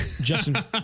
Justin